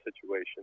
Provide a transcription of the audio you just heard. situation